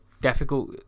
difficult